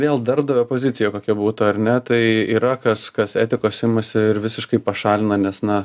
vėl darbdavio pozicija kokia būtų ar ne tai yra kas kas etikos imasi ir visiškai pašalina nes na